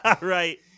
Right